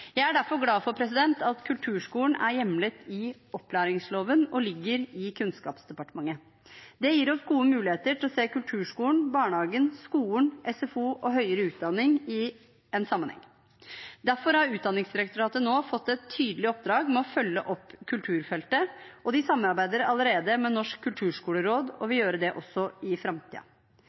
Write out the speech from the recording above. Jeg er derfor glad for at kulturskolen er hjemlet i opplæringsloven og ligger i Kunnskapsdepartementet. Det gir oss gode muligheter til å se kulturskolen, barnehagen, skolen, SFO og høyere utdanning i en sammenheng. Derfor har Utdanningsdirektoratet nå fått et tydelig oppdrag med å følge opp kulturfeltet, og de samarbeider allerede med Norsk kulturskoleråd og vil gjøre det også i